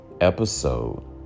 episode